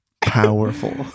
powerful